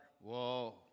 Whoa